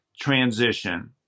transition